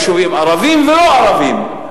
יישובים ערביים ולא ערביים,